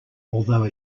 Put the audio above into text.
although